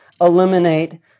eliminate